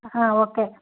okay